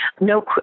no